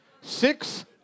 six